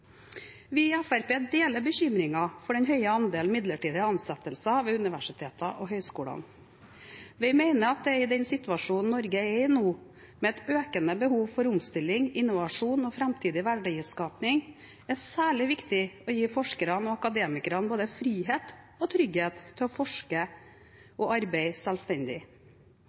Vi i Fremskrittspartiet deler bekymringen for den høye andelen midlertidige ansettelser ved universiteter og høyskoler. Vi mener at det i den situasjonen Norge er i nå, med et økende behov for omstilling, innovasjon og framtidig verdiskaping, er særlig viktig å gi forskerne og akademikerne både frihet og trygghet til å forske og arbeide selvstendig.